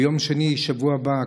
ביום שני בשבוע הבא,